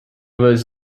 was